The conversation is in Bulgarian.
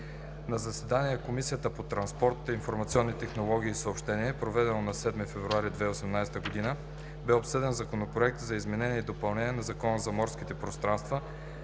На заседание на Комисията по транспорт, информационни технологии и съобщения, проведено на 7 февруари 2018 г. бе обсъден Законопроект за изменение и допълнение на Закона за морските пространства,